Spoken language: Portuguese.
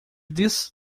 disso